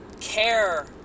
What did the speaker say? care